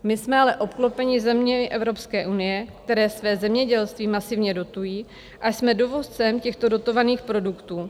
My jsme ale obklopeni zeměmi Evropské unie, které své zemědělství masivně dotují, a jsme dovozcem těchto dotovaných produktů.